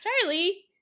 Charlie